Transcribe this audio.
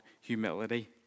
humility